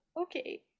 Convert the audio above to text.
okay